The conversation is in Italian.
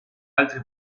altri